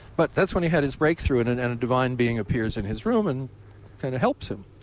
but that's when he had his breakthrough, and and and a divine being appears in his room and kind of helps him.